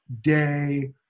day